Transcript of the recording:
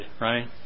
right